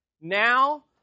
now